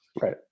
Right